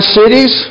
cities